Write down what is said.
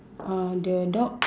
uh the dog